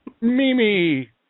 Mimi